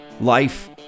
life